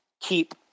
keep